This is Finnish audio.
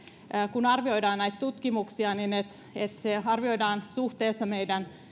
kun arvioidaan näitä tutkimuksia niin niitä arvioidaan suhteessa meidän